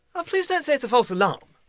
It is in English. oh please don't say it's a false alarm.